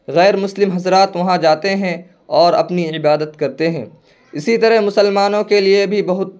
غیر مسلم حضرات وہاں جاتے ہیں اور اپنی عبادت کرتے ہیں اسی طرح مسلمانوں کے لیے بھی بہت